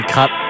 cut